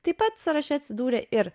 taip pat sąraše atsidūrė ir